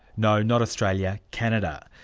no, not australia, canada.